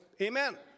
Amen